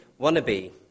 wannabe